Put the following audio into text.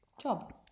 job